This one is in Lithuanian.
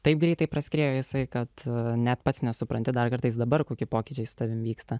taip greitai praskriejo jisai kad net pats nesupranti dar kartais dabar kokie pokyčiai su tavim vyksta